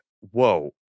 whoa